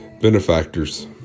benefactors